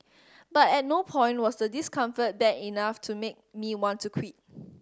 but at no point was the discomfort bad enough to make me want to quit